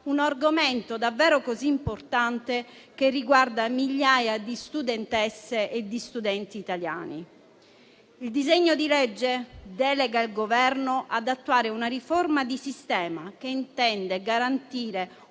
un argomento davvero importante che riguarda migliaia di studentesse e studenti italiani. Il disegno di legge delega il Governo ad attuare una riforma di sistema che intende garantire